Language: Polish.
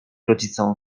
rodzicom